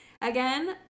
again